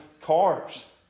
cars